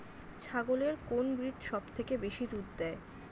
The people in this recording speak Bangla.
ছাগলের কোন ব্রিড সবথেকে বেশি দুধ দেয়?